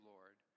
Lord